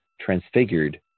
transfigured